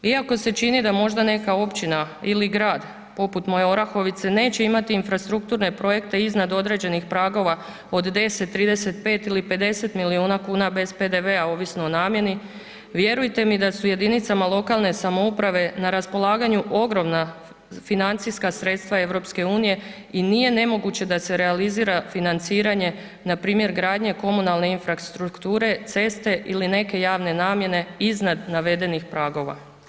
Iako se čini da možda neka općina ili grad poput moje Orahovice neće imati infrastrukturne projekte iznad određenih pragova od 10m 35 ili 50 milijuna kuna bez PDV-a ovisno o namjeni vjerujte mi da su jedinicama lokalne samouprave na raspolaganju ogromna financijska sredstva EU i nije nemoguće da se realizira financiranje npr. gradnje komunalne infrastrukture, ceste ili neke javne namjene iznad navedenih pragova.